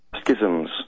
schisms